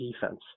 defense